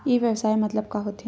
ई व्यवसाय मतलब का होथे?